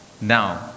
Now